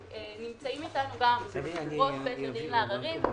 נמצאים אתנו גם ראש בית הדין לעררים,